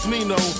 Nino